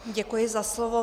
Děkuji za slovo.